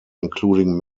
including